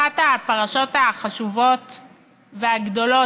אחת הפרשות החשובות והגדולות,